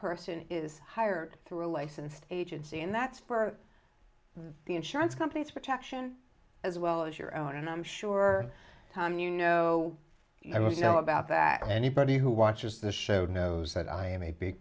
person is hired through a licensed agency and that's for the insurance companies protection as well as your own and i'm sure you know i want to know about that anybody who watches this show knows that i am a big